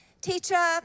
teacher